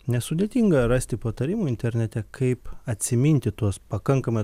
nesudėtinga rasti patarimų internete kaip atsiminti tuos pakankamai